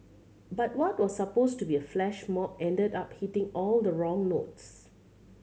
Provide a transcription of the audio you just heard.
but what was supposed to be a flash mob ended up hitting all the wrong notes